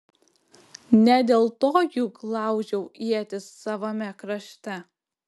ne dėl to juk laužiau ietis savame krašte